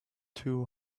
too